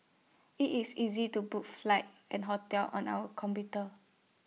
IT is easy to book flights and hotels on our computer